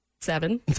seven